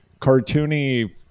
cartoony